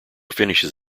finishes